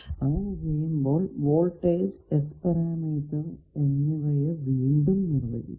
അങ്ങനെ ചെയ്യുമ്പോൾ voltage S parameter എന്നിവയെ വീണ്ടും നിർവചിക്കണം